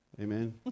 Amen